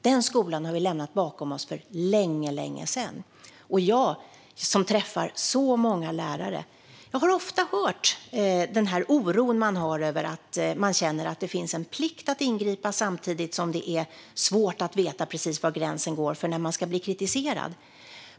Den skolan har vi lämnat bakom oss för länge sedan. Jag, som träffar många lärare, har ofta hört om den oro man har; man känner att det finns en plikt att ingripa, samtidigt som det är svårt att veta precis var gränsen går för när man ska bli kritiserad.